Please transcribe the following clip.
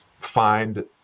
find